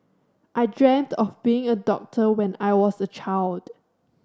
I dreamt of being a doctor when I was a child